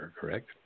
correct